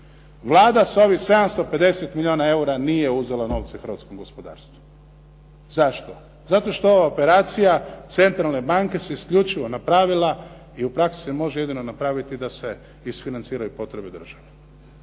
Vlada s ovih 750 milijuna eura nije uzela novce kroz gospodarstvo. Zašto? Zato što operacija Centralne banke su isključivo napravila i u praksi se može jedino napraviti da se isfinanciraju potrebe države.